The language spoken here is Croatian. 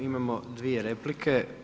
Imamo dvije replike.